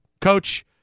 coach